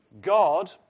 God